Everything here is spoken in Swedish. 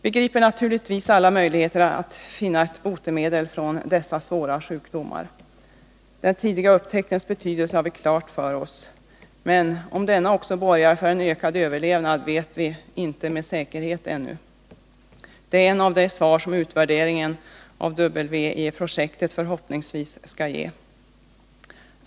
Vi griper naturligtvis alla möjligheter för att finna ett botemedel för dessa svåra sjukdomar. Den tidiga upptäcktens betydelse har vi klar för oss, men om denna också borgar för en ökad överlevnad vet vi inte med säkerhet ännu. Det är ett av de svar som utvärderingen av W-E-projektet förhoppningsvis skall ge.